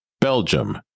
Belgium